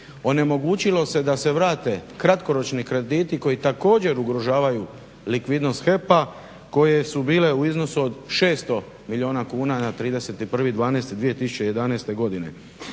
onemogućilo se da se vrate kratkoročni krediti koji također ugrožavaju likvidnost HEP-a koje su bile u iznosu od 600 milijuna kuna na 31.12.2011. godine.